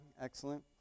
excellent